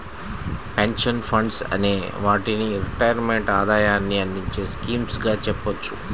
pension funds అనే వాటిని retirement ఆదాయాన్ని అందించే స్కీమ్స్ గా చెప్పవచ్చు